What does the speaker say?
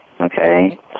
Okay